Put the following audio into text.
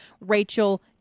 Rachel